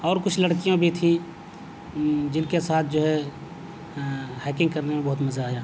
اور کچھ لڑکیاں بھی تھیں جن کے ساتھ جو ہے ہیکنگ کرنے میں بہت مزہ آیا